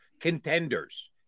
contenders